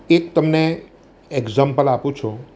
એક તમને એક્ઝામ્પલ આપું છું